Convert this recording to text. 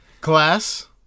Class